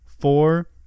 four